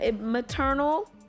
Maternal